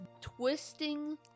twisting